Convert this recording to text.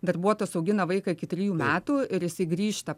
darbuotojas augina vaiką iki trijų metų ir jisai grįžta